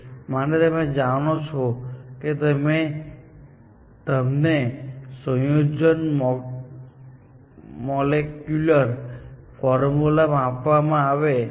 માટે તમે જાણો છો કે જો તમને સંયોજનનું મોલેક્યુલર ફોર્મ્યુલા આપવામાં આવે તો